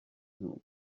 know